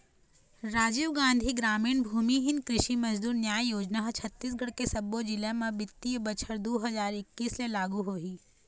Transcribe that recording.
राजीव गांधी गरामीन भूमिहीन कृषि मजदूर न्याय योजना ह छत्तीसगढ़ के सब्बो जिला म बित्तीय बछर दू हजार एक्कीस ले लागू होही